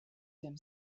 them